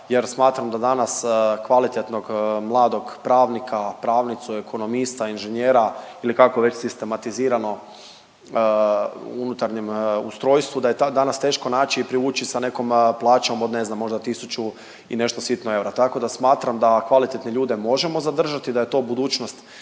jer smatram da danas kvalitetnog mladog pravnika, pravnicu, ekonomista, inženjera ili kako već sistematiziramo u unutarnjem ustrojstvu da je danas teško naći i privući sa nekom plaćom od ne znam, možda tisuću i nešto sitno eura. Tako da smatram da kvalitetne ljude možemo zadržati, da je to budućnost